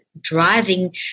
driving